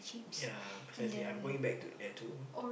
ya precisely I'm going back to year two